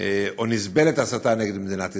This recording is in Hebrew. או נסבלת הסתה נגד מדינת ישראל.